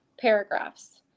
paragraphs